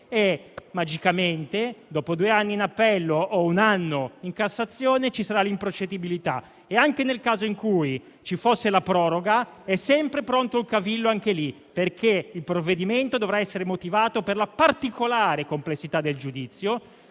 e magicamente, dopo due anni in appello o un anno in Cassazione, ci sarà l'improcedibilità. Anche nel caso in cui ci fosse la proroga, è sempre pronto il cavillo perché il provvedimento dovrà essere motivato per la particolare complessità del giudizio,